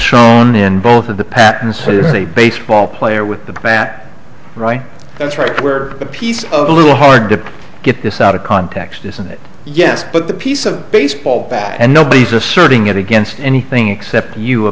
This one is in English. shown in both of the patterns for the baseball player with the bat right that's right where a piece of a little hard to get this out of context isn't it yes but the piece of a baseball bat and nobody's asserting it against anything except you a